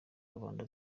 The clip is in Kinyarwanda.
rubanda